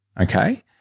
okay